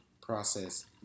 process